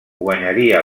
guanyaria